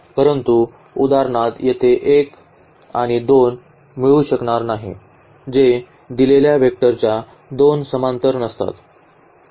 परंतु उदाहरणार्थ येथे 1 आणि 2 मिळू शकणार नाही जे दिलेल्या वेक्टरच्या दोन समांतर नसतात